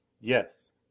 Yes